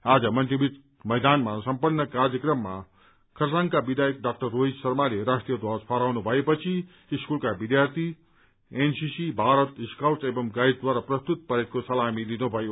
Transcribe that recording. आज मन्टीभियट मैदानमा सम्पन्न कार्यक्रममा खरसाङका विधायक डा रोहित शर्माले राष्ट्रीय ध्वज फहराउनु भएपछि स्कूलका विद्यार्थी एनसीसी भारत स्काउट्स एवं गाइड्सद्वारा प्रस्तुत परेडको सलामी लिनुभयो